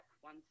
one